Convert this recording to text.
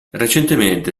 recentemente